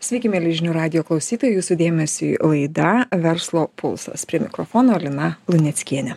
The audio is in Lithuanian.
sveiki mieli žinių radijo klausytojai jūsų dėmesiui laida verslo pulsas prie mikrofono lina luneckienė